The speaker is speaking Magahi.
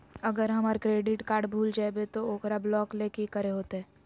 अगर हमर क्रेडिट कार्ड भूल जइबे तो ओकरा ब्लॉक लें कि करे होते?